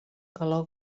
galó